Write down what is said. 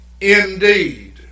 indeed